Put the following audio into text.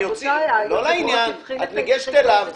תן לי להדריך אותו ארבע פעמים שעה.